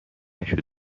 نشده